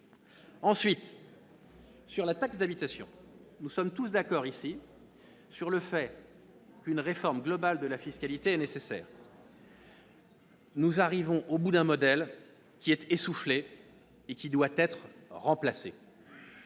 Ensuite, sur la taxe d'habitation, nous sommes tous d'accord ici sur le fait qu'une réforme globale de la fiscalité est nécessaire. Nous arrivons au bout d'un modèle qui est essoufflé et qui doit être remplacé.